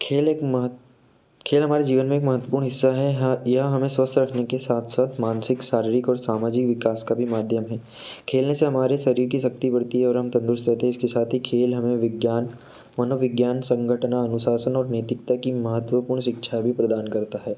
खेल एक महत खेल हमारे जीवन में एक महत्वपूर्ण हिस्सा है यह हमें स्वस्थ रखने के साथ साथ मानसिक शारीरिक और सामजिक विकास का भी माध्यम है खेलने से हमारे शरीर की शक्ति बढ़ती है और हम तंदरुस्त रहते हैं इसके साथ ही खेल हमें विज्ञान मनोविज्ञान संगठना अनुशासन और नैतिकता की महत्वपूर्ण शिक्षा भी प्रदान करता है